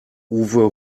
uwe